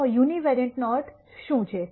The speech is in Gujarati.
તો યુનિવેરિએંટ નો અર્થ શું છે